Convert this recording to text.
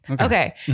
Okay